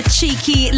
Cheeky